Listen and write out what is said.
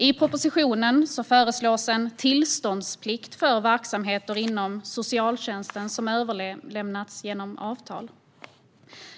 I propositionen föreslås en tillståndsplikt för verksamheter inom socialtjänsten som överlämnats genom avtal.